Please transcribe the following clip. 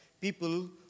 people